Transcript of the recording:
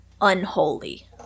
Unholy